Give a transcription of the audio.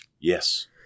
Yes